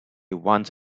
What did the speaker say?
once